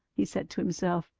he said to himself,